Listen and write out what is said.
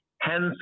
Hence